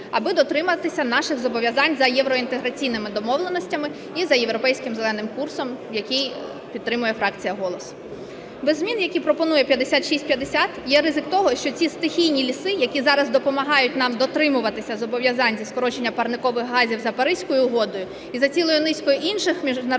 аби дотриматися наших зобов'язань за євроінтеграційними домовленостями і за Європейським зеленим курсом, який підтримує фракція "Голос". Без змін, який пропонує 5650 є ризик того, що ці стихійні ліси, які зараз допомагають нам дотримуватися зобов'язань зі скорочення парникових газів за Паризькою угодою і за цілою низкою інших міжнародних